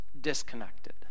disconnected